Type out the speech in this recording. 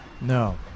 No